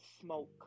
smoke